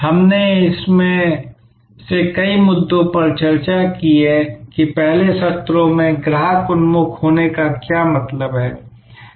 हमने इनमें से कई मुद्दों पर चर्चा की है कि पहले सत्रों में ग्राहक उन्मुख होने का क्या मतलब है